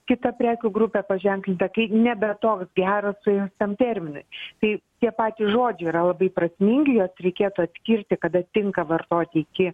kita prekių grupė paženklinta kaip nebe toks geras suėjus tam terminui tai tie patys žodžiai yra labai prasmingi juos reikėtų atskirti kada tinka vartoti iki